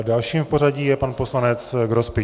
Dalším v pořadí je pan poslanec Grospič.